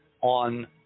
on